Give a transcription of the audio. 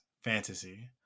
Fantasy